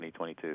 2022